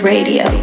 Radio